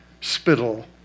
spittle